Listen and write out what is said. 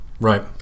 Right